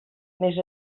més